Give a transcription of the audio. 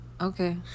Okay